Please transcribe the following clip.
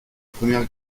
première